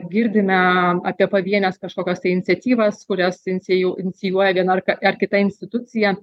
girdime apie pavienes kažkokias tai iniciatyvas kurias incijuo inicijuoja viena ar k ar kita institucija